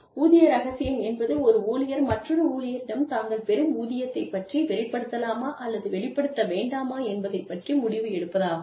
ஊதிய ரகசியம் என்பது ஒரு ஊழியர் மற்றொரு ஊழியரிடம் தாங்கள் பெரும் ஊதியத்தைப் பற்றி வெளிப்படுத்தலாமா அல்லது வெளிப்படுத்த வேண்டாமா என்பதைப் பற்றி முடிவு எடுப்பதாகும்